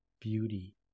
beauty